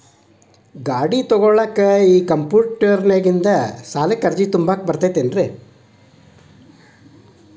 ಗಾಡಿ ತೊಗೋಳಿಕ್ಕೆ ಕಂಪ್ಯೂಟೆರ್ನ್ಯಾಗಿಂದ ಸಾಲಕ್ಕ್ ಅರ್ಜಿ ತುಂಬಾಕ ಬರತೈತೇನ್ರೇ?